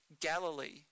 Galilee